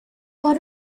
por